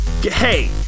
hey